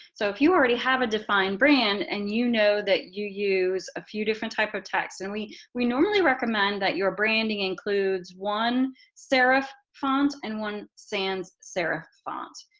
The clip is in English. so if you already have a defined brand and you know that you use a few different type of texts and we we normally recommend that your branding includes one serif font and one sans serif font.